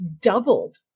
doubled